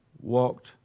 walked